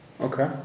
Okay